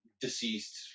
deceased